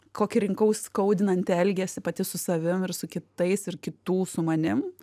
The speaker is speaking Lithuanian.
kokį rinkau skaudinantį elgesį pati su savim ir su kitais ir kitų su manim